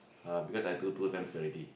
uh because I do two times already